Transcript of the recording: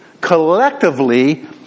collectively